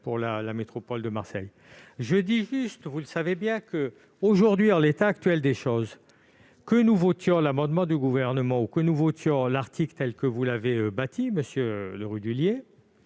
pour la métropole de Marseille. Vous le savez bien, en l'état actuel des choses, que nous votions l'amendement du Gouvernement ou que nous adoptions l'article tel que vous l'avez bâti, monsieur Le Rudulier,